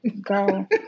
Go